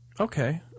Okay